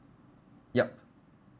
yup